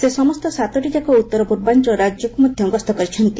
ସେ ସମସ୍ତ ସାତୋଟି ଯାକ ଉତ୍ତର ପୂର୍ବାଞ୍ଚଳ ରାଜ୍ୟକୁ ମଧ୍ୟ ଗସ୍ତ କରିଛନ୍ତି